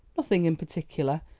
nothing in particular,